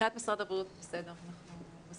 מבחינת משרד הבריאות זה בסדר, אנחנו מסכימים.